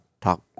talk